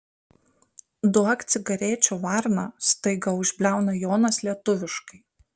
duok cigarečių varna staiga užbliauna jonas lietuviškai